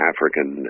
African